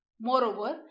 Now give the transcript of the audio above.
Moreover